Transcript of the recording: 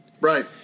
Right